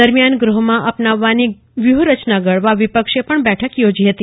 દરમિયાન ગ્રહમાં અપનાવવાની વ્યૂહરચના ઘડવા વિપક્ષ પણ બેઠક યોજશે